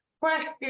question